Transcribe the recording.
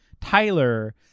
Tyler